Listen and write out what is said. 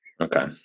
okay